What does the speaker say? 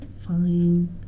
Fine